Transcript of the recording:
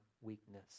weakness